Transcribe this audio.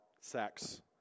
sex